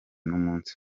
n’umunsi